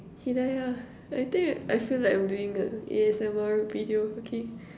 hidaya I think I feel like I'm doing a A_S_M_R video okay